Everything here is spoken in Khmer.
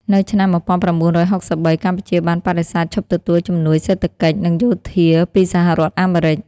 នៅឆ្នាំ ១៩៦៣ កម្ពុជាបានបដិសេធឈប់ទទួលជំនួយសេដ្ឋកិច្ច និងយោធាពីសហរដ្ឋអាមេរិក។